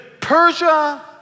Persia